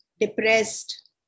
depressed